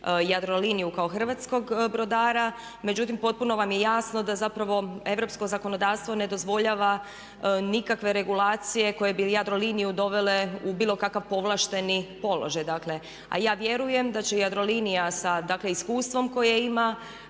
Jadroliniju kao hrvatskog brodara. Međutim, potpuno vam je jasno da zapravo europsko zakonodavstvo ne dozvoljava nikakve regulacije koje bi Jadroliniju dovele u bilo kakav povlašteni položaj. A ja vjerujem da će Jadrolinija sa dakle iskustvom koje ima,